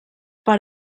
per